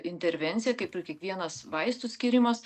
intervencija kaip ir kiekvienas vaistų skyrimas